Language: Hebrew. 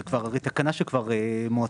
זאת תקנה שמועתקת.